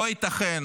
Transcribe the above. לא ייתכן